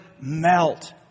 melt